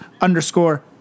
underscore